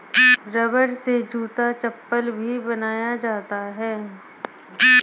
रबड़ से जूता चप्पल भी बनाया जाता है